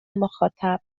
مخاطب